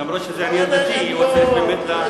אף שזה עניין דתי, הוא צריך להקשיב.